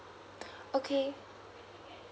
okay